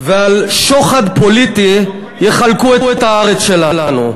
ועל שוחד פוליטי יחלקו את הארץ שלנו.